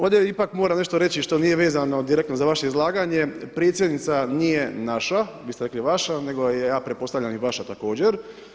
Ovdje ipak moram nešto reći što nije vezano direktno za vaše izlaganje predsjednica nije naša, vi ste rekli vaša, nego je ja pretpostavljam i vaša također.